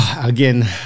again